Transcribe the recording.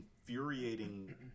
infuriating